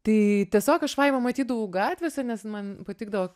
tai tiesiog aš vaivą matydavau gatvėse nes man patikdavo